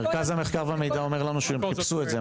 מרכז המחקר והמידע אומר לנו שהם חיפשו את זה,